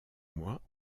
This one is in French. moi